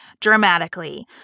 dramatically